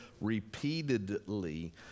repeatedly